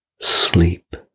sleep